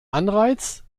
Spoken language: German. anreiz